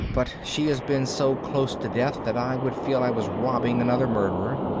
but she has been so close to death that i would feel i was robbing another murderer.